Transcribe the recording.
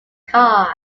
cards